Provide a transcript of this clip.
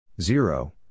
Zero